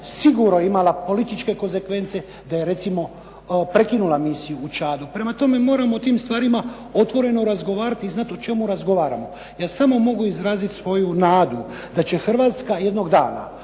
sigurno imala političke konsekvence da je recimo prekinula misiju u Čadu. Prema tome, moramo o tim stvarima otvoreno razgovarat i znati o čemu razgovaramo. Ja samo mogu izrazit svoju nadu da će Hrvatska jednog dana